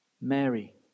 Mary